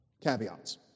caveats